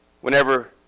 Whenever